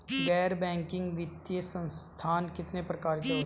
गैर बैंकिंग वित्तीय संस्थान कितने प्रकार के होते हैं?